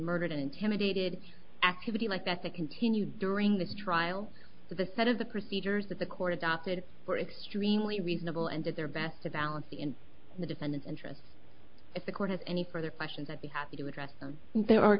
murdered and intimidated activity like that that continue during this trial with a set of the procedures that the court adopted were extremely reasonable and did their best to balance the in the defendant's interests if the court has any further questions i'd be happy to address them there are a